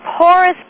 poorest